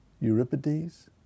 Euripides